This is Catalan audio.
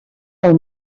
del